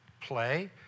play